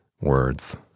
words